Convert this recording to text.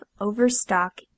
Overstock